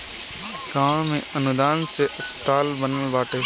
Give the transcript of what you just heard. गांव में अनुदान से अस्पताल बनल बाटे